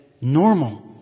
normal